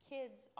Kids